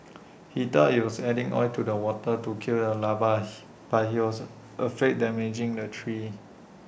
he thought he was adding oil to the water to kill the larvae he but he was afraid damaging the tree